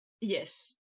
Yes